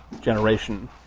generation